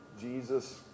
Jesus